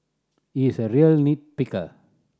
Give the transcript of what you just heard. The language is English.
he is a real nit picker